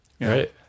Right